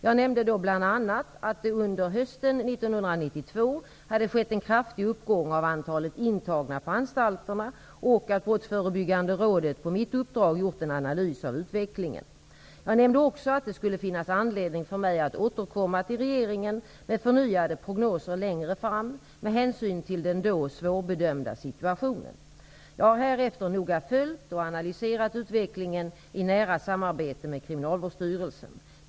Jag nämnde då bl.a. att det under hösten 1992 hade skett en kraftig uppgång av antalet intagna på anstalterna och att Brottsförebyggande rådet på mitt uppdrag gjort en analys av utvecklingen. Jag nämnde också att det skulle finnas anledning för mig att återkomma till regeringen med förnyade prognoser längre fram, med hänsyn till den då svårbedömda situationen. Jag har härefter noga följt och analyserat utvecklingen i nära samarbete med Kriminalvårdsstyrelsen.